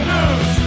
News